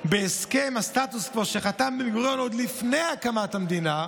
בהסכם הסטטוס קוו שחתם בן-גוריון עוד לפני הקמת המדינה,